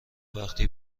وقتی